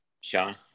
sean